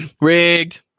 Rigged